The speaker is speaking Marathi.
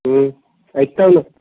हं ऐकत आहे ना